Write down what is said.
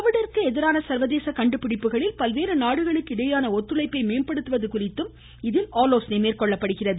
கோவிட்டிற்கு எதிரான சர்வதேச கண்டுபிடிப்புகளில் பல்வேறு நாடுகளுக்கு இடையேயான ஒத்துழைப்பை மேம்படுத்துவது குறித்தும் விவாதிக்கப்படுகிறது